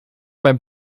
beim